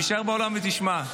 תישאר באולם ותשמע.